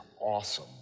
awesome